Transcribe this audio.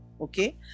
Okay